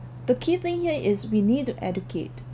the key thing here is we need to educate